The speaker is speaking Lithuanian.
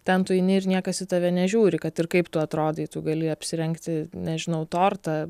ten tu eini ir niekas į tave nežiūri kad ir kaip tu atrodai tu gali apsirengti nežinau tortą